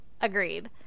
Agreed